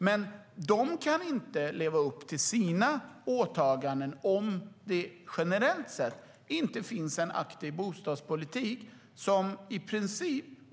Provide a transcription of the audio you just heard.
Men de kan inte leva upp till sina åtaganden om det generellt sett inte finns en aktiv bostadspolitik.